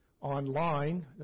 online